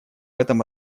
этом